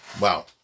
Wow